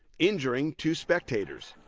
injuring two spectators.